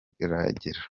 biragera